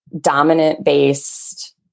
dominant-based